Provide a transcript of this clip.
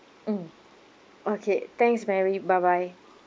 mmhmm okay thanks mary bye bye